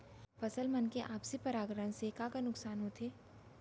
फसल मन के आपसी परागण से का का नुकसान होथे?